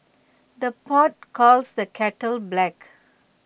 the pot calls the kettle black